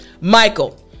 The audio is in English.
Michael